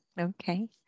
Okay